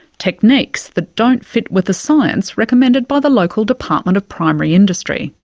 techniques that don't fit with the science recommended by the local department of primary industry.